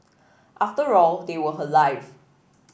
after all they were her life